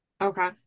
Okay